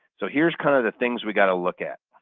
so here's kind of the things we've got to look at.